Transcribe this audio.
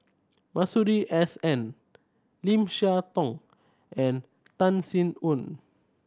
Masuri S N Lim Siah Tong and Tan Sin Aun